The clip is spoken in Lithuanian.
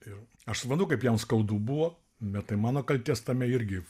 ir aš suprantu kaip jam skaudu buvo bet tai mano kaltės tame irgi